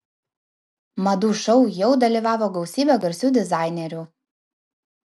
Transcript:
madų šou jau dalyvavo gausybė garsių dizainerių